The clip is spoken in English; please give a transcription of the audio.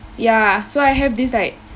ya so I have this like